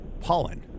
Pollen